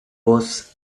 was